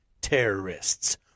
terrorists